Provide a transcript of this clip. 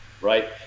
right